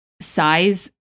size